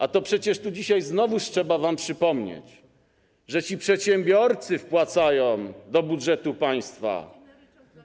A przecież tu dzisiaj znowu trzeba wam przypomnieć, że ci przedsiębiorcy wpłacają do budżetu państwa.